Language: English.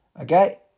Okay